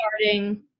starting